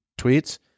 tweets